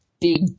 big